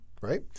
right